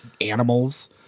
animals